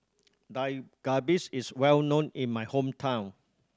Dak Galbi is well known in my hometown